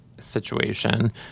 situation